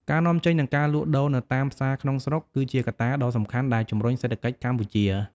ការនាំចេញ និងការលក់ដូរនៅតាមផ្សារក្នុងស្រុក គឺជាកត្តាដ៏សំខាន់ដែលជំរុញសេដ្ឋកិច្ចកម្ពុជា។